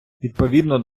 відповідно